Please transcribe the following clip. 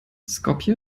skopje